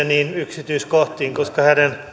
yksityiskohtiin koska hänen